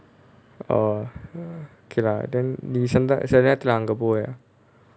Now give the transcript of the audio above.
orh okay lah then நீ சில நேரத்~ சில நேரத்துல அங்க போவ:nee sila nerath! nerathula anga pova